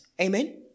Amen